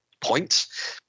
points